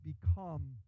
become